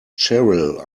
cheryl